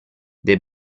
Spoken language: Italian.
des